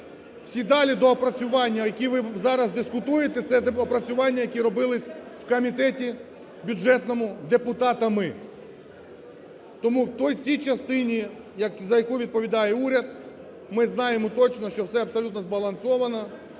Всі далі доопрацювання, які ви зараз дискутуєте, - це ті доопрацювання, які робились в Комітеті бюджетному депутатами. Тому в тій частині, за яку відповідає уряд, ми знаємо точно, що все абсолютно збалансовано.